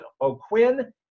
O'Quinn